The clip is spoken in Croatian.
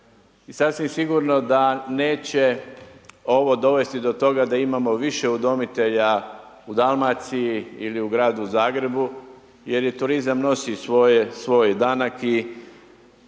I sasvim sigurno da neće ovo dovesti do toga da imamo više udomitelja u Dalmaciji ili u gradu Zagrebu, jer i turizam nosi svoje,